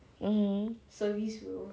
mmhmm